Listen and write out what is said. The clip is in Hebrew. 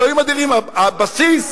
אלוהים אדירים, הבסיס,